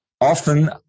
Often